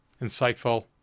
insightful